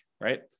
right